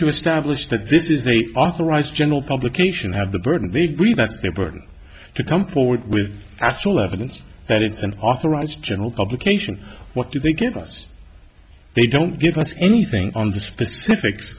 to establish that this is they authorize general publication have the burden they believe that's their burden to come forward with actual evidence that it's an authorized general publication what do they give us they don't give us anything on the specifics